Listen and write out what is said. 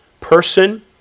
person